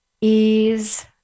Ease